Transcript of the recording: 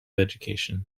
education